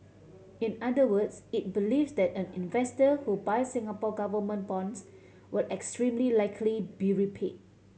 in other words it believes that an investor who buys Singapore Government bonds will extremely likely be repay